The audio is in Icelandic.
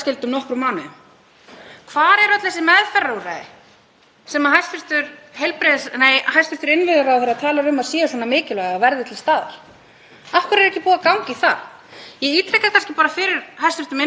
Af hverju er ekki búið að ganga í það? Ég ítreka kannski fyrir hæstv. innviðaráðherra að úrræðin sem við höfum núna er að refsa ungu fólki. Úrræðin sem við höfum núna er að koma þeim á sakaskrá. Úrræðin sem við höfum núna